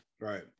Right